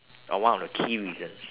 or one of the key reasons